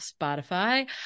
Spotify